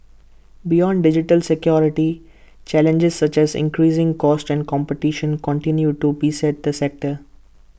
beyond digital security challenges such as increasing costs and competition continue to beset the sector